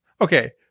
Okay